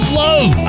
love